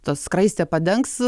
ta skraistė padengs